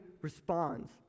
responds